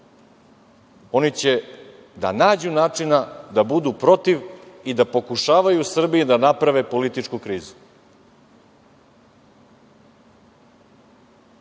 oni će da nađu načina da budu protiv i da pokušavaju u Srbiji da naprave političku krizu. Imali